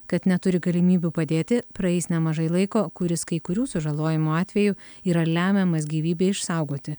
kad neturi galimybių padėti praeis nemažai laiko kuris kai kurių sužalojimų atveju yra lemiamas gyvybei išsaugoti